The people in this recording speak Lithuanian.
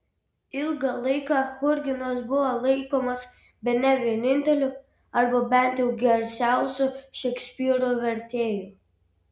ilgą laiką churginas buvo laikomas bene vieninteliu arba bent jau garsiausiu šekspyro vertėju